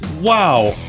wow